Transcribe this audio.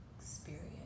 experience